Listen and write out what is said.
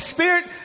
Spirit